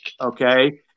Okay